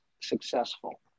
successful